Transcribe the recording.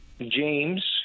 James